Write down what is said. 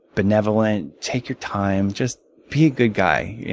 benevolent, take your time, just be a good guy.